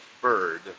bird